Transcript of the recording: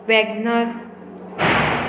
Wagon R